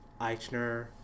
Eichner